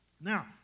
Now